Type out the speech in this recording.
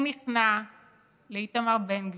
הוא נכנע לאיתמר בן גביר,